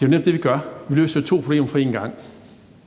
der har ordet! Vi løser jo to problemer på en gang.